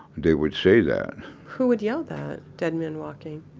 they would say that who would yell that? dead man walking?